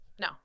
No